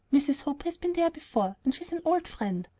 mrs. hope has been there before, and she's an old friend.